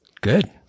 Good